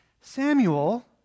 Samuel